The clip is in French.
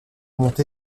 monté